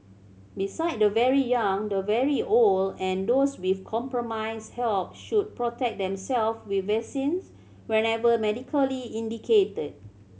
beside the very young the very old and those with compromised health should protect themselves with vaccines whenever medically indicated